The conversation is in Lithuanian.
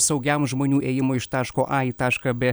saugiam žmonių ėjimui iš taško a į tašką b